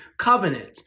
covenant